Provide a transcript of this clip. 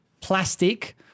plastic